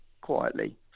quietly